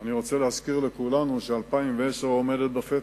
אני רוצה להזכיר לכולנו ש-2010 עומדת בפתח.